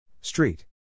Street